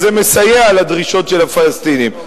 זה מסייע לדרישות של הפלסטינים.